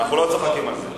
אנחנו לא צוחקים על זה.